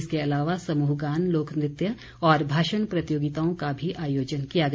इसके अलावा समूहगान लोक नृत्य और भाषण प्रतियोगिताओं का भी आयोजन किया गया